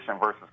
versus